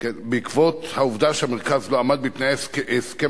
בעקבות העובדה שהמרכז לא עמד בתנאי הסכם